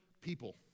people